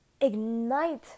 ignite